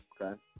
okay